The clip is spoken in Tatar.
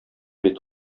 бит